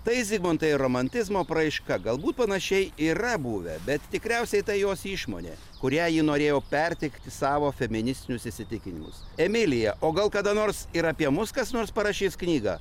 tai zigmantai romantizmo apraiška galbūt panašiai yra buvę bet tikriausiai tai jos išmonė kuria ji norėjo perteikti savo feministinius įsitikinimus emilija o gal kada nors ir apie mus kas nors parašys knygą